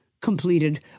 completed